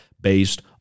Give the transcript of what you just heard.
based